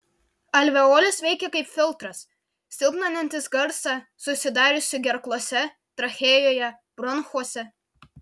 alveolės veikia kaip filtras silpninantis garsą susidariusį gerklose trachėjoje bronchuose